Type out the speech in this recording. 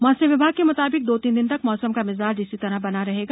मौसम विभाग के म्ताबिक दो तीन दिन तक मौसम का मिजाज इसी तरह बना रहेगा